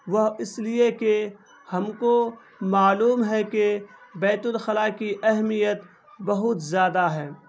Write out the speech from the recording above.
وہ اس لیے کہ ہم کو معلوم ہے کہ بیت الخلاء کی اہمیت بہت زیادہ ہے